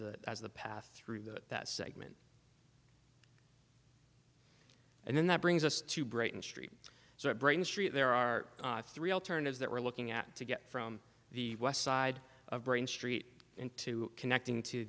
the the path through the that segment and then that brings us to brighton street so it brings street there are three alternatives that we're looking at to get from the west side of brain street into connecting to